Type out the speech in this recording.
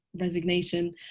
resignation